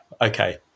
Okay